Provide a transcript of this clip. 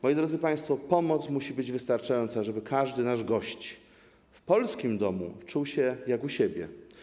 Moi drodzy państwo, pomoc musi być wystarczająca, żeby każdy nasz gość w polskim domu czuł się jak u siebie.